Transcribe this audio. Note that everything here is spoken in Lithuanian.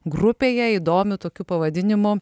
grupėje įdomiu tokiu pavadinimu